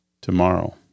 tomorrow